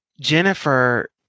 Jennifer